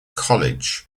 college